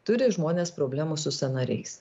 turi žmonės problemų su sąnariais